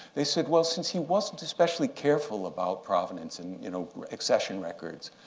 they said, well, since he wasn't especially careful about provenance and you know accession records,